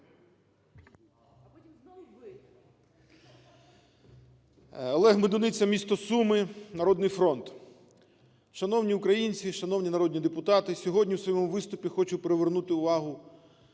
Олег Медуниця, місто Суми, "Народний фронт". Шановні українці, шановні народні депутати! Сьогодні в своєму виступі хочу привернути увагу